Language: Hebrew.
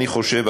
ואני חושב,